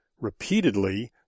repeatedly